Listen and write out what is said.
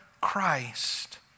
Christ